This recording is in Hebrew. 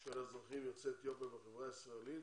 של אזרחים יוצאי אתיופיה בחברה הישראלית,